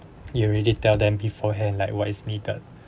you already tell them beforehand like what is needed